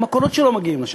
גם הקולות שלו מגיעים לשם,